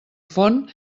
font